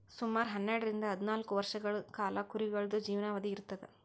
ಸುಮಾರ್ ಹನ್ನೆರಡರಿಂದ್ ಹದ್ನಾಲ್ಕ್ ವರ್ಷಗಳ್ ಕಾಲಾ ಕುರಿಗಳ್ದು ಜೀವನಾವಧಿ ಇರ್ತದ್